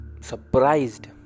surprised